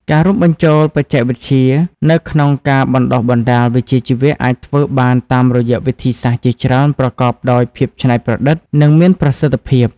ការរួមបញ្ចូលបច្ចេកវិទ្យានៅក្នុងការបណ្តុះបណ្តាលវិជ្ជាជីវៈអាចធ្វើបានតាមរយៈវិធីសាស្ត្រជាច្រើនប្រកបដោយភាពច្នៃប្រឌិតនិងមានប្រសិទ្ធភាព។